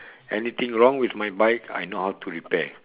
anything wrong with my bike I know how to repair